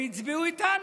הם הצביעו איתנו.